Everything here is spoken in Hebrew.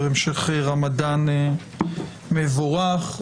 המשך רמדאן מבורך,